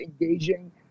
engaging